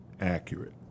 Accurate